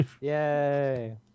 Yay